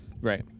Right